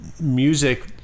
music